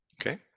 Okay